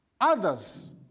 others